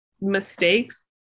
mistakes